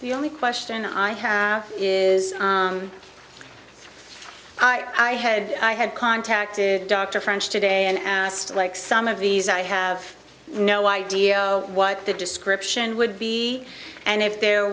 the only question i have is i had i had contacted dr french today and asked like some of these i have no idea what the description would be and if there